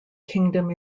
kingdom